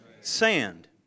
sand